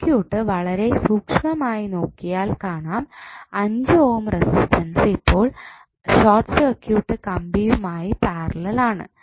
circuit വളരെ സൂക്ഷ്മമായി നോക്കിയാൽ കാണാം അഞ്ചു ഓം റെസിസ്റ്റൻസ് ഇപ്പോൾ ഷോർട്ട് സർക്യൂട്ട് കമ്പിയുമായി പാരലൽ ആണ്